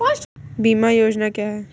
बीमा योजना क्या है?